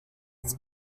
its